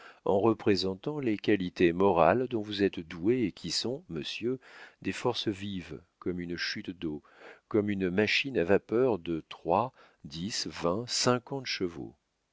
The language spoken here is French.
en représentant les qualités morales dont vous êtes doué et qui sont monsieur des forces vives comme une chute d'eau comme une machine à vapeur de trois dix vingt cinquante chevaux